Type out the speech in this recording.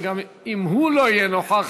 ואם גם הוא לא יהיה נוכח באולם,